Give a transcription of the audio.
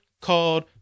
called